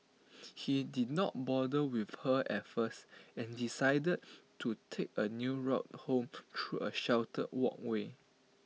he did not bother with her at first and decided to take A new route home through A sheltered walkway